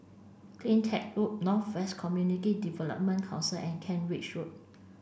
CleanTech Loop North West Community Development Council and Kent Ridge Road